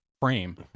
frame